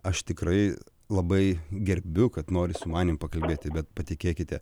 aš tikrai labai gerbiu kad nori su manim pakalbėti bet patikėkite